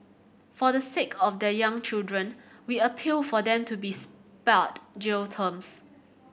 for the sake of their young children we appeal for them to be spared jail terms